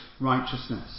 righteousness